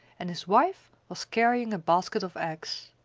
and his wife was carrying a basket of eggs.